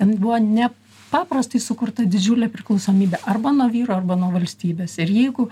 ten buvo nepaprastai sukurta didžiulė priklausomybė arba nuo vyro arba nuo valstybės ir jeigu